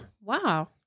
Wow